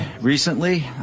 recently